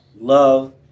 love